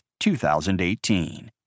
2018